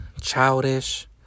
Childish